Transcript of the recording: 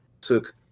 took